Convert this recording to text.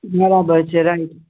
બરાબર છે રાઇટ